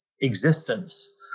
existence